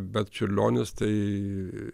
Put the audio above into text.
bet čiurlionis tai